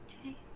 Okay